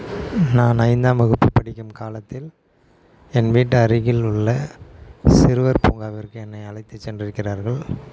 நான் ஐந்தாம் வகுப்பு படிக்கும் காலத்தில் என் வீட்டு அருகில் உள்ள சிறுவர் பூங்காவிற்கு என்னை அழைத்து சென்றிருக்கிறார்கள்